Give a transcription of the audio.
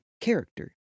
character